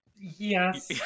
Yes